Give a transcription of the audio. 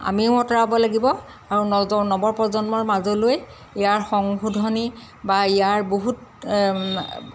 আমিও আঁতৰাব লাগিব আৰু নজ নৱ প্ৰজন্মৰ মাজলৈ ইয়াৰ সংশোধনী বা ইয়াৰ বহুত